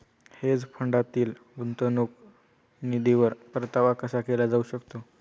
Hedge फंडातील गुंतवणूक निधीवर परतावा कसा केला जाऊ शकतो?